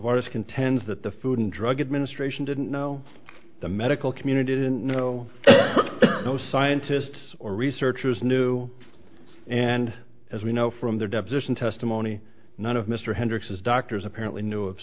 iris contends that the food and drug administration didn't know the medical community didn't know no scientists or researchers knew and as we know from their deposition testimony none of mr hendricks's doctors apparently knew of